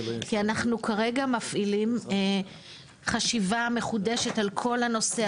כי אנחנו כרגע מפעילים חשיבה מחודשת על כל הנושא,